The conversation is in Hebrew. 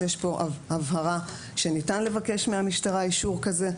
אז יש פה הבהרה שניתן לבקש מהמשטרה אישור כזה,